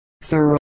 Sir